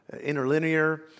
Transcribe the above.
interlinear